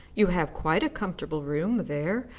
you have quite a comfortable room there,